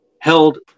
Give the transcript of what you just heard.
held